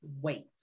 wait